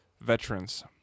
veterans